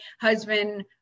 Husband